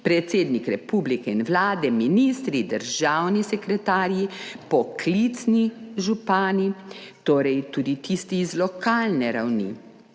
predsednik republike in Vlade, ministri, državni sekretarji, poklicni župani, torej tudi tisti z lokalne ravni,